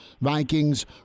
Vikings